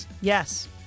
yes